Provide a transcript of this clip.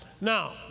Now